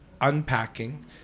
unpacking